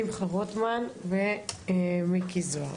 שמחה רוטמן ומיקי זוהר.